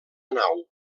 nau